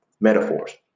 Metaphors